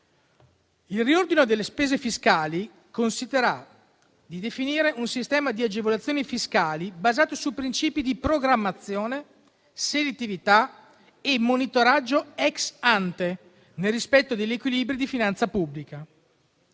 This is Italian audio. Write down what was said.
Il riordino delle spese fiscali consentirà di definire un sistema di agevolazioni fiscali basato su princìpi di programmazione, selettività e monitoraggio *ex ante*, nel rispetto degli equilibri di finanza pubblica.